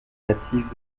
natif